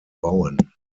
bauen